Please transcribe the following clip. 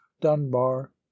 Dunbar